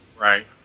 Right